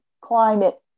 climate